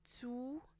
two